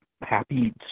happy